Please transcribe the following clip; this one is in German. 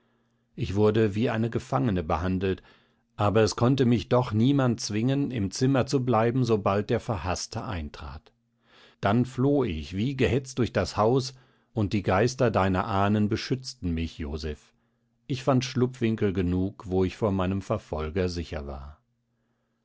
ich wurde wie eine gefangene behandelt aber es konnte mich doch niemand zwingen im zimmer zu bleiben sobald der verhaßte eintrat dann floh ich wie gehetzt durch das haus und die geister deiner ahnen beschützten mich joseph ich fand schlupfwinkel genug wo ich vor meinem verfolger sicher war